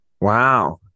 Wow